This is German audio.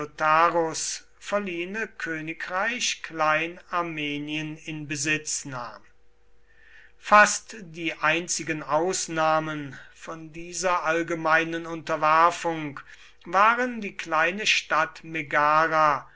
deiotarus verliehene königreich klein armenien in besitz nahm fast die einzigen ausnahmen von dieser allgemeinen unterwerfung waren die kleine stadt megara